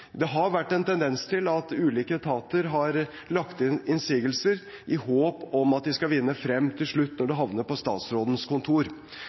Det har vært en tendens til at ulike etater har lagt inn innsigelser i håp om at de skal vinne frem til slutt når det havner på statsrådens kontor.